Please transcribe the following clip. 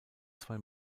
zwei